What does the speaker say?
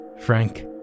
Frank